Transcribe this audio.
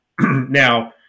Now